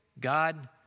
God